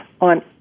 on